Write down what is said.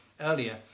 earlier